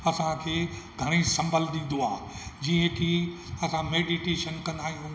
असां घणेई संभल ॾींदो आहे जीअं की असां मेडीटेशन कंदा आहियूं